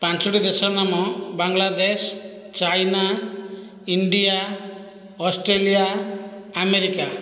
ପାଞ୍ଚୋଟି ଦେଶର ନାମ Bangladesh China India Australia America